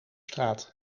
straat